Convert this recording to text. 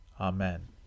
Amen